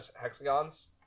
hexagons